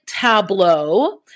tableau